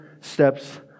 steps